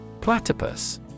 platypus